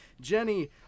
Jenny